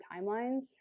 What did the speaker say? timelines